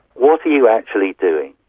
what are you actually doing?